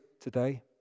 today